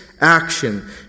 action